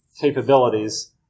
capabilities